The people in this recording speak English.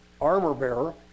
armor-bearer